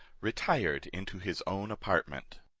retired into his own apartment.